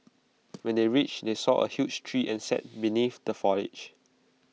when they reached they saw A huge tree and sat beneath the foliage